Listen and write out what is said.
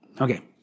Okay